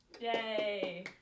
Yay